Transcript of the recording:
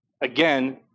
Again